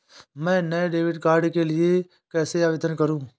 मैं नए debit card के लिए कैसे आवेदन करूं?